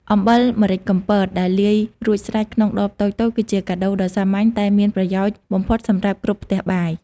អំបិលម្រេចកំពតដែលលាយរួចស្រេចក្នុងដបតូចៗ គឺជាកាដូដ៏សាមញ្ញតែមានប្រយោជន៍បំផុតសម្រាប់គ្រប់ផ្ទះបាយ។